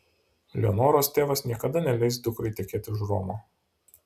leonoros tėvas niekada neleis dukrai tekėti už romo